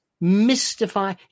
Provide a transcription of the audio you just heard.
mystify